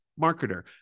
marketer